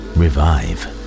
revive